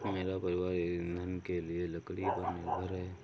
मेरा परिवार ईंधन के लिए लकड़ी पर निर्भर है